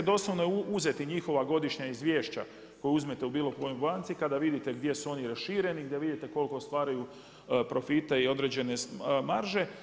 Doslovno uzeti njihova godišnja izvješća koja uzmete u bilo kojoj banci, kada vidite gdje su oni rašireni, gdje vidite koliko ostvaruju profita i određene marže.